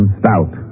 stout